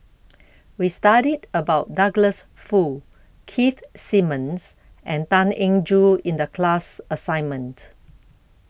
We studied about Douglas Foo Keith Simmons and Tan Eng Joo in The class assignment